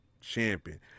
champion